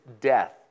death